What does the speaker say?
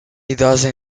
idosa